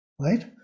right